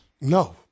No